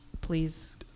please